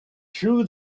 true